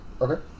Okay